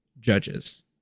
judges